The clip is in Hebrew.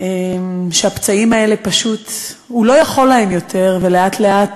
שהפצעים האלה, הוא לא יכול להם יותר, ולאט-לאט